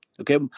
Okay